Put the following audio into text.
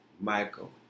Michael